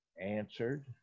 answered